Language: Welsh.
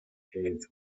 hedd